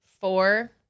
Four